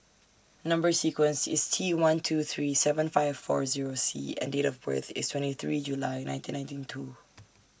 Number sequence IS T one two three seven five four Zero C and Date of birth IS twenty three July nineteen ninety two